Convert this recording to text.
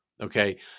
Okay